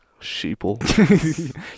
Sheeple